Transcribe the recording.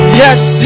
yes